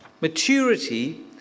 Maturity